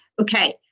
okay